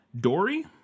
Dory